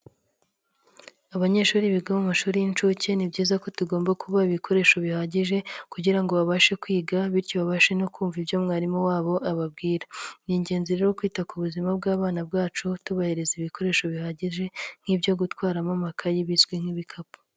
Abanyeshuri biga mu mashuri y'incuke ni byiza ko tugomba kubaha ibikoresho bihagije kugirango ngo babashe kwiga bityo babashe no kumva ibyo mwarimu wabo ababwira, ni ingenzi rero kwita ku buzima bw'abana bacu tubahereza ibikoresho bihagije nk'ibyo gutwaramo amakayi bizwi nk'ibikapu.